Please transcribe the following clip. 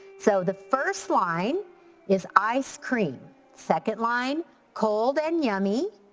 so the first line is ice cream. second line cold and yummy.